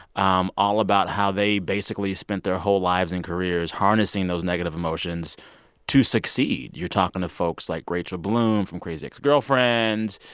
um all about how they basically spent their whole lives and careers harnessing those negative emotions to succeed. you're talking to folks like rachel bloom from crazy ex-girlfriends,